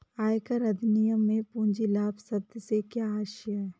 आयकर अधिनियम में पूंजी लाभ शब्द से क्या आशय है?